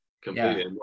completely